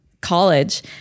college